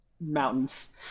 mountains